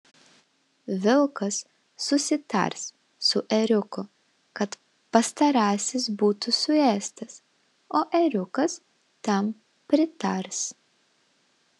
vilkas susitars su ėriuku kad pastarasis būtų suėstas o ėriukas tam pritars